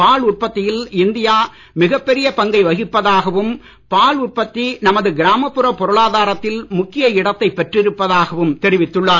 பால் உற்பத்தியில் இந்தியா மிகப் பெரிய பங்கை வகிப்பதாகவும் பால் உற்பத்தி நமது கிராமப்புற பொருளாதாரத்தில் பெற்றிருப்பதாகவும் தெரிவித்துள்ளார்